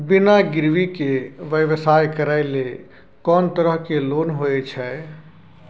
बिना गिरवी के व्यवसाय करै ले कोन तरह के लोन होए छै?